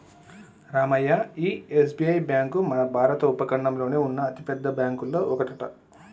రామయ్య ఈ SBI bank మన భారత ఉపఖండంలోనే ఉన్న అతిపెద్ద బ్యాంకులో ఒకటట